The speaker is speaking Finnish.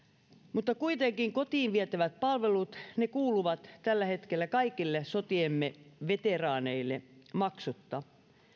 mutta kuitenkin kotiin vietävät palvelut kuuluvat tällä hetkellä kaikille sotiemme veteraaneille maksutta